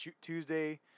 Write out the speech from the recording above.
Tuesday